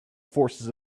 forces